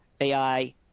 AI